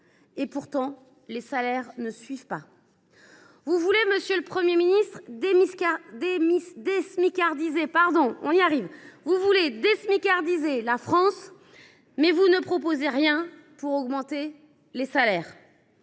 Et pourtant, les salaires ne suivent pas. Monsieur le Premier ministre, vous voulez « désmicardiser » la France, mais vous ne proposez rien pour augmenter les salaires